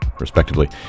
respectively